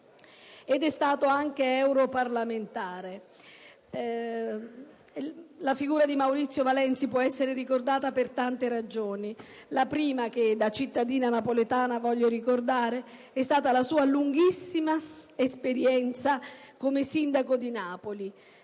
di senatore, e anche di europarlamentare. La figura di Maurizio Valenzi può essere ricordata per tante ragioni. La prima che da cittadina napoletana voglio ricordare è stata la sua lunghissima esperienza come sindaco di Napoli.